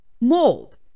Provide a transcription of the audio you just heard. mold